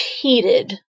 cheated